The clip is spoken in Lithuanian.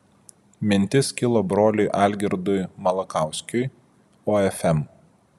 mintis kilo broliui algirdui malakauskiui ofm